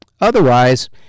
Otherwise